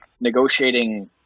negotiating